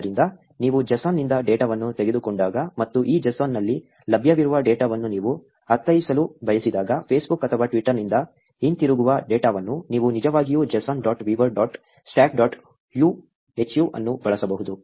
ಆದ್ದರಿಂದ ನೀವು JSON ನಿಂದ ಡೇಟಾವನ್ನು ತೆಗೆದುಕೊಂಡಾಗ ಮತ್ತು ಈ JSON ನಲ್ಲಿ ಲಭ್ಯವಿರುವ ಡೇಟಾವನ್ನು ನೀವು ಅರ್ಥೈಸಲು ಬಯಸಿದಾಗ Facebook ಅಥವಾ Twitter ನಿಂದ ಹಿಂತಿರುಗುವ ಡೇಟಾವನ್ನು ನೀವು ನಿಜವಾಗಿಯೂ JSON dot viewer dot stack dot hu ಅನ್ನು ಬಳಸಬಹುದು